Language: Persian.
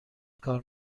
کار